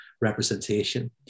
representation